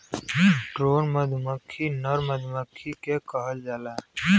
drone मधुमक्खी नर मधुमक्खी के कहल जाला